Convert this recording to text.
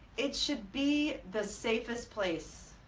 it should be the safest place